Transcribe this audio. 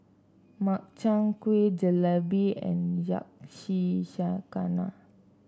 Makchang Gui Jalebi and Yakizakana